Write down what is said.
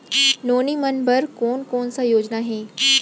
नोनी मन बर कोन कोन स योजना हे?